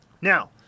Now